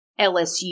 LSU